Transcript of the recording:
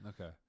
Okay